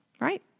Right